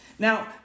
Now